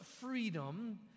freedom